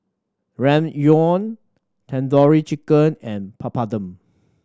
Ramyeon Tandoori Chicken and Papadum